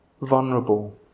Vulnerable